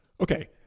Okay